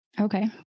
Okay